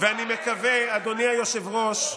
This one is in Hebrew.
ואני מקווה, אדוני היושב-ראש,